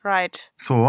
Right